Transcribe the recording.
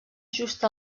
just